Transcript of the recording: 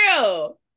real